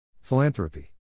Philanthropy